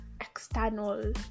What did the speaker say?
external